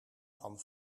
van